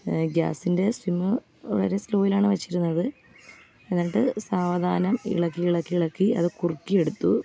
ഗ്യാസിൻ്റെ സിമ്മ് വളരെ സ്ലോയിലാണ് വെച്ചിരുന്നത് എന്നിട്ട് സാവധാനം ഇളക്കി ഇളക്കി ഇളക്കി അത് കുറുക്കിയെടുത്തു